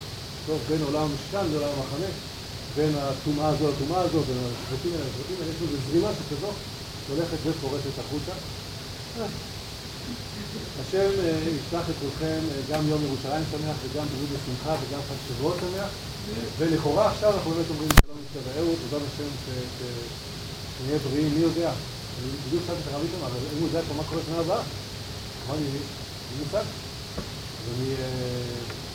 בין עולם המשכן לעולם המחנה בין הטומאה הזו לטומאה הזו ויש לזה זרימת שכזאת שהולכת ופורשת החוצה השם יסלח לכולכם גם יום ירושלים שמח וגם תמיד בשמחה וגם חג שבועות שמח ולכאורה עכשיו אנחנו אומרים שלום לאהוד בעזרת ה' שנהיה בריאים מי יודע? מה קורה שנה הבאה?